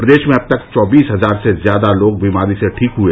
प्रदेश में अब तक चौबीस हजार से ज्यादा लोग बीमारी से ठीक हुए